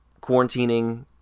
quarantining